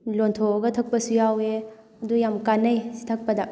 ꯂꯣꯟꯊꯣꯛꯑꯒ ꯊꯛꯄꯁꯨ ꯌꯥꯎꯋꯦ ꯑꯗꯨ ꯌꯥꯝ ꯀꯥꯟꯅꯩ ꯁꯤ ꯊꯛꯄꯗ